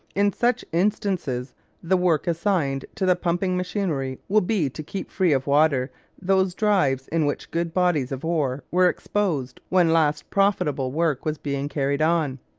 in such instances the work assigned to the pumping machinery will be to keep free of water those drives in which good bodies of ore were exposed when last profitable work was being carried on.